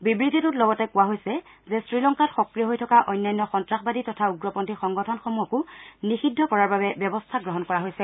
বিবৃতিটোত লগতে কোৱা হৈছে যে শ্ৰীলংকাত সক্ৰিয় হৈ থকা অন্যান্য সন্তাসবাদী তথা উগ্ৰপন্থী সংগঠনসমূহকো নিযিদ্ধ কৰাৰ বাবে ব্যৱস্থা গ্ৰহণ কৰা হৈছে